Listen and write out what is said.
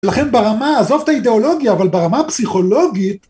לכן ברמה, עזוב את האידיאולוגיה, אבל ברמה הפסיכולוגית...